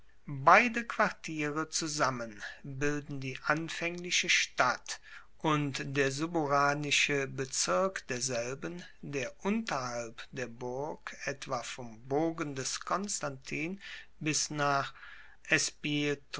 beide quartiere zusammen bilden die anfaengliche stadt und der suburanische bezirk derselben der unterhalb der burg etwa vom bogen des konstantin bis nach